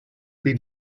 been